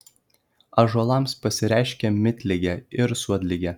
ąžuolams pasireiškia miltligė ir suodligė